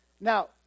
Now